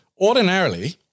Ordinarily